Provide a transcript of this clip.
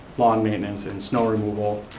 long maintenance and snow removal,